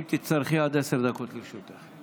אם תצטרכי, עד עשר דקות לרשותך.